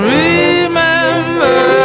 remember